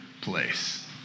place